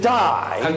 die